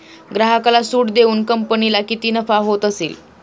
ग्राहकाला सूट देऊन कंपनीला किती नफा होत असेल